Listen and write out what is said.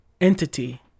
entity